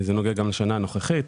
זה נוגע גם לשנה הנוכחית.